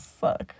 suck